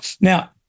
Now